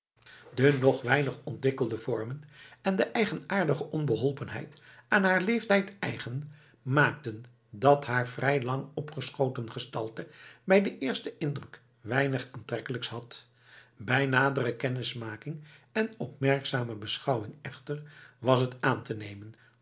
de nog weinig ontwikkelde vormen en de eigenaardige onbeholpenheid aan haar leeftijd eigen maakten dat haar vrij lang opgeschoten gestalte bij den eersten indruk weinig aantrekkelijks had bij nadere kennismaking en opmerkzame beschouwing echter was het aan te nemen